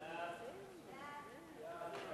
סעיפים 1